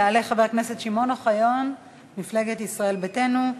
יעלה חבר הכנסת שמעון אוחיון ממפלגת ישראל ביתנו,